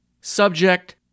subject